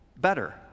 better